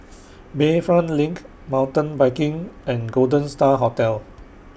Bayfront LINK Mountain Biking and Golden STAR Hotel